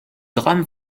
drame